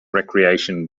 recreation